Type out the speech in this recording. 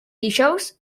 dijous